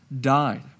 died